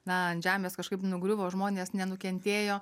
na ant žemės kažkaip nugriuvo žmonės nenukentėjo